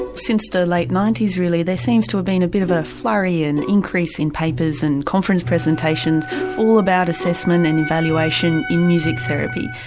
since the late ninety s really there seems to have been a bit of a flurry and increase in papers and conference presentations all about assessment and evaluation in music therapy.